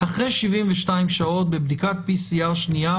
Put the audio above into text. אחרי 72 שעות בבדיקת PCR שניה,